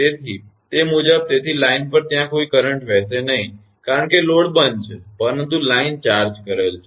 તેથી તે મુજબ તેથી લાઇન પર ત્યાં કોઈ કરંટ વહેશે નહી કારણ કે લોડ બંધ છે પરંતુ લાઇન ચાર્જ કરેલ છે